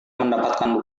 mendapatkan